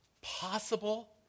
possible